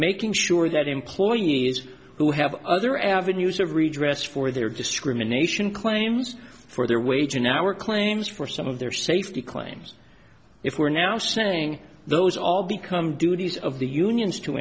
making sure that employees who have other avenues of redress for their discrimination claims for their wage in our claims for some of their safety claims if we're now saying those all become duties of the unions to